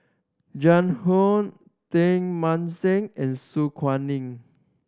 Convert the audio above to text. Jiang Hu Teng Mah Seng and Su Guaning